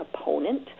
opponent